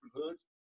hoods